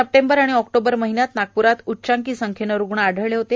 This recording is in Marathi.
सप्टेंबर आणि ऑक्टोबर महिन्यात नागप्रात उच्चांकी संख्येने रुग्ण आढळलेले होते